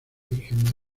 virgen